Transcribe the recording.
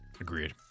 Agreed